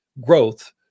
growth